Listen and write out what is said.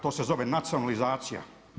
To se zove nacionalizacija.